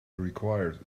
required